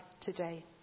today